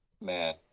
Man